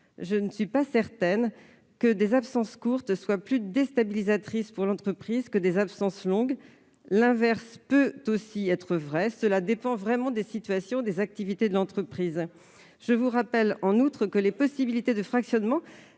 Je ne suis pas certaine que des absences courtes soient plus déstabilisatrices pour l'entreprise que des absences longues. L'inverse peut aussi être vrai, cela dépend de la situation et des activités de l'entreprise. Je vous rappelle, en outre, que les possibilités de fractionnement